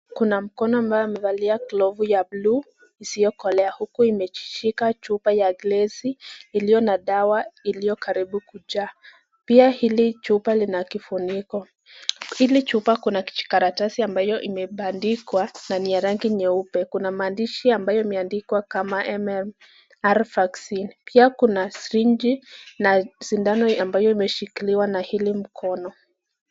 Kuna mkono ambao umevalia glovu ya buluu isiyokolea huku imeshika chupa ya glasi iliyo na dawa iliyo karibu kujaa. Pia hili chupa lina kifuniko. Hili chupa kuna kijikaratasi ambayo imebandikwa na ni ya rangi nyeupe. Kuna maandishi ambayo imeandikwa kama MMR Vaccine . Pia kuna sirinji na sindano ambayo imeshikiliwa na hili mkono.